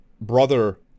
brother